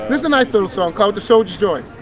this is a nice little song, called the soldier's joy.